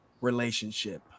relationship